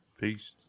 Peace